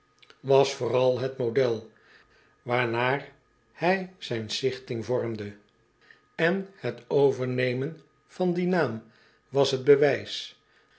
potlood eel het model waarnaar hij zijn stichting vormde en het overnemen van dien naam was het bewijs